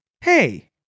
Hey